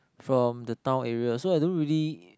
from the town area so I don't really